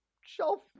shelf